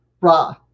Ra